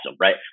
right